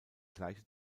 gleiche